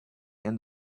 end